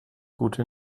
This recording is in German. gute